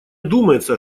думается